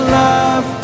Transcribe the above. love